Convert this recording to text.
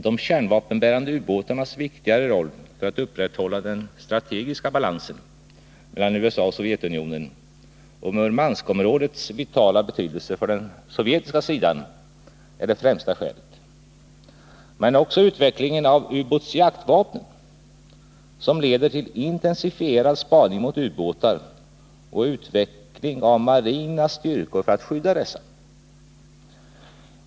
De kärnvapenbärande ubåtarnas viktiga roll för att upprätthålla den strategiska balansen mellan USA och Sovjetunionen och Murmanskområdets vitala betydelse för den sovjetiska sidan är det främsta skälet. Men vi har också utvecklingen av ubåtsjaktvapnen som leder till intensifierad spaning mot ubåtar och utveckling av marina styrkor för att skydda dessa.